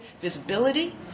visibility